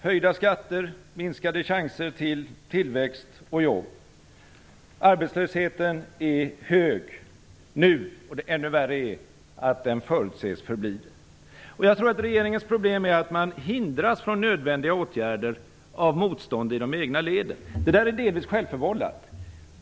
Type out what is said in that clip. Höjda skatter, minskade chanser för tillväxt och jobb. Arbetslösheten är nu hög, men ännu värre är att den förutses förbli det. Jag tror att regeringens problem är att man hindras från nödvändiga åtgärder av motstånd i de egna leden. Detta är delvis självförvållat.